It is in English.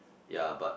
ya but